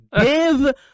give